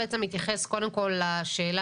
אתה בעצם מתייחס קודם כל לשאלה,